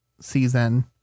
season